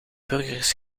burgers